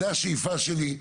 זו השאיפה שלי.